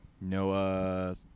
Noah